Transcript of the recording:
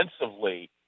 defensively